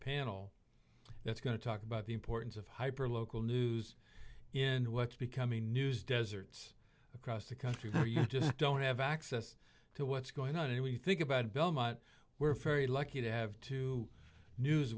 panel that's going to talk about the importance of hyper local news in what's becoming news deserts across the country where you just don't have access to what's going on and we think about belmont we're very lucky to have two news